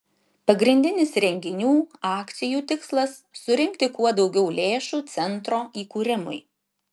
pagrindinis renginių akcijų tikslas surinkti kuo daugiau lėšų centro įkūrimui